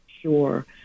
Sure